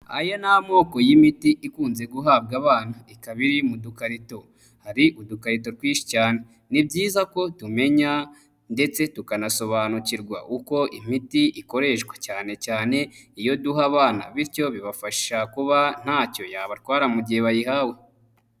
Aya ni amoko y'imiti ikunze guhabwa abana. Ikaba iri mu dukarito. Hari udukarito twinshi cyane. Ni byiza ko tumenya ndetse tukanasobanukirwa uko imiti ikoreshwa cyanecyane iyo duha abana, bityo bibafasha kuba ntacyo yabatwara mu gihe bayihawe.